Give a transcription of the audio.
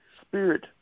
Spirit